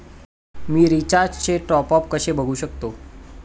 मी रिचार्जचे टॉपअप कसे बघू शकतो?